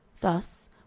Thus